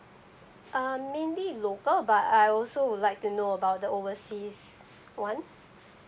um mainly local but I also would like to know about the overseas one